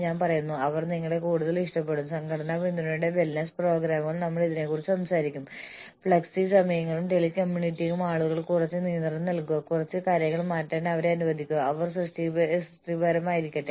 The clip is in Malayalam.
കോർപ്പറേറ്റ് വൈഡ് പ്ലാനുകളെ അനുകൂലിക്കുന്ന ചില വ്യവസ്ഥകൾ സ്ഥാപനത്തിന്റെ വലുപ്പം ബിസിനസിന്റെ വിവിധ ഭാഗങ്ങളുടെ പരസ്പരാശ്രിതത്വം വിപണി സാഹചര്യങ്ങളും മറ്റ് പ്രോത്സാഹനങ്ങളുടെ സാന്നിധ്യവും ഉണ്ടാകാം